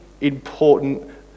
important